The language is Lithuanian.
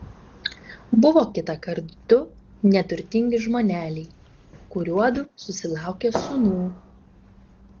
buvo kitąkart du neturtingi žmoneliai kuriuodu susilaukė sūnų